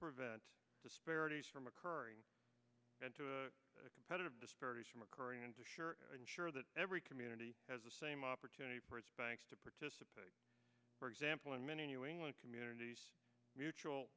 prevent disparities from occurring and to competitive disparities from occurring and to assure ensure that every community has the same opportunity for its banks to participate for example in many new england communities mutual